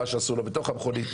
מה שעשו לו בתוך המכונית,